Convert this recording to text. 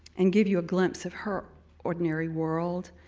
and give you a glimpse of her ordinary world.